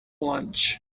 lunch